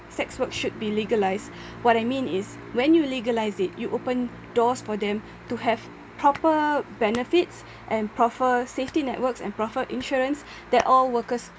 sex work should be legalised what I mean is when you legalise it you open doors for them to have proper benefits and proper safety networks and proper insurance that all workers